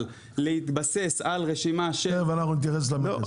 להתבסס על רשימה --- תכף נתייחס למכס.